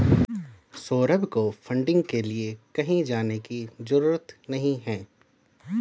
सौरभ को फंडिंग के लिए कहीं जाने की जरूरत नहीं है